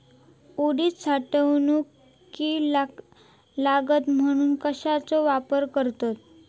उडीद साठवणीत कीड लागात म्हणून कश्याचो वापर करतत?